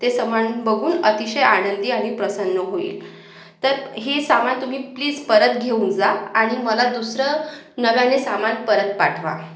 ते सामान बघून अतिशय आनंदी आणि प्रसन्न होईल तर हे सामान तुम्ही प्लीच परत घेऊन जा आणि मला दुसरं नव्याने सामान परत पाठवा